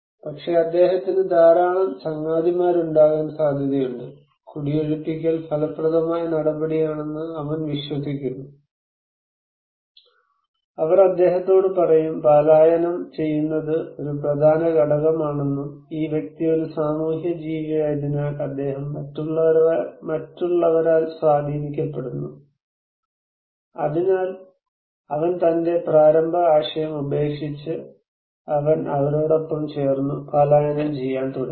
പക്ഷേ അദ്ദേഹത്തിന് ധാരാളം ചങ്ങാതിമാരുണ്ടാകാൻ സാധ്യതയുണ്ട് കുടിയൊഴിപ്പിക്കൽ ഫലപ്രദമായ നടപടിയാണെന്ന് അവർ വിശ്വസിക്കുന്നു അവർ അദ്ദേഹത്തോട് പറയും പലായനം ചെയ്യുന്നത് ഒരു പ്രധാന ഘടകമാണെന്നും ഈ വ്യക്തി ഒരു സാമൂഹ്യജീവി ആയതിനാൽ അദ്ദേഹം മറ്റുള്ളവരാൽ സ്വാധീനിക്കപ്പെടുന്നു അതിനാൽ അവൻ തന്റെ പ്രാരംഭ ആശയം ഉപേക്ഷിച്ചു അവൻ അവരോടൊപ്പം ചേർന്നു പലായനം ചെയ്യാൻ തുടങ്ങി